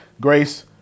Grace